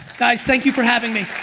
guys thank you for having me.